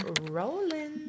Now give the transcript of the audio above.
rolling